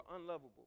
unlovable